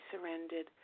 surrendered